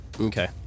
Okay